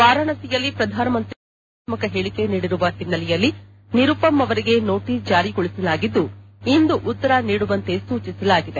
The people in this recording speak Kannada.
ವಾರಾಣಸಿಯಲ್ಲಿ ಪ್ರಧಾನ ಮಂತ್ರಿ ಅವರ ವಿರುದ್ದ ವಿವಾದಾತ್ಸಕ ಹೇಳಿಕೆ ನೀಡಿರುವ ಹಿನ್ನೆಲೆಯಲ್ಲಿ ನಿರುಪಮ್ ಅವರಿಗೆ ನೋಟಸ್ ಜಾರಿಗೊಳಿಸಲಾಗಿದ್ದು ಇಂದು ಉತ್ತರ ನೀಡುವಂತೆ ಸೂಚಿಸಲಾಗಿದೆ